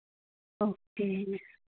okay